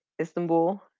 Istanbul